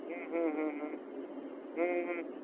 ᱦᱩᱸ ᱦᱩᱸ ᱦᱩᱸ ᱦᱩᱸ ᱦᱩᱸ ᱦᱩᱸ ᱦᱩᱸ